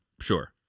Sure